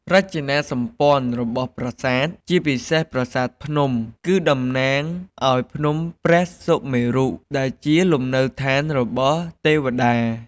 រចនាសម្ព័ន្ធរបស់ប្រាសាទ ជាពិសេសប្រាសាទភ្នំ គឺតំណាងឱ្យភ្នំព្រះសុមេរុ ដែលជាលំនៅឋានរបស់ទេព្តា។